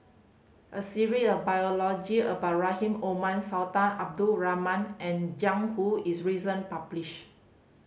a of biology about Rahim Omar Sultan Abdul Rahman and Jiang Hu is recent publish